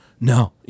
No